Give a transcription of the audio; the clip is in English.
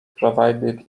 provided